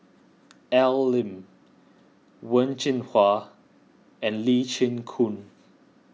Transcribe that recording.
Al Lim Wen Jinhua and Lee Chin Koon